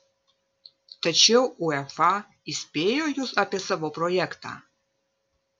tačiau uefa įspėjo jus apie savo projektą